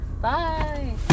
Bye